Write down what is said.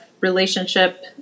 relationship